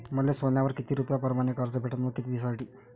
मले सोन्यावर किती रुपया परमाने कर्ज भेटन व किती दिसासाठी?